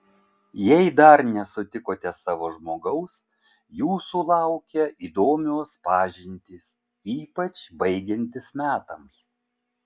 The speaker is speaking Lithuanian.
jei dar nesutikote savo žmogaus jūsų laukia įdomios pažintys ypač baigiantis metams